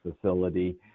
facility